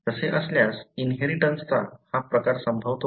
तसे असल्यास इनहेरिटन्स चा हा प्रकार संभवतो का